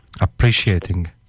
Appreciating